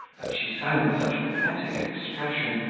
that she sang with such pathetic expression,